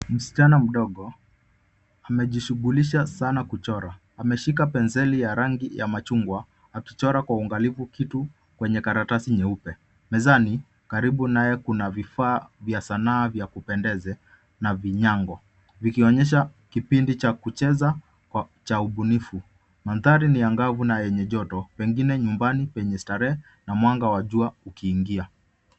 Msichana mdogo, amejishughulisha sana kuchora. Ameshika penseli ya rangi ya machungwa, akichora kwa uangalifu kitu kwenye karatasi nyeupe. Mezani, karibu naye kuna vifaa vya sanaa vya kupendeza, na vinyango. Vikionyesha kipindi cha kucheza cha ubunifu. Mandhari ni angavu na yenye joto, pengine nyumbani penye starehe na mwanga wa jua ukiingia.